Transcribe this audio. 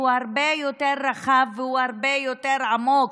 הרבה יותר רחב והרבה יותר עמוק,